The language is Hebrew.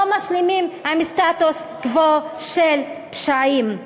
לא משלימים עם סטטוס קוו של פשעים.